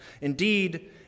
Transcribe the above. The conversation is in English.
Indeed